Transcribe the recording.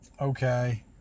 okay